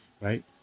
right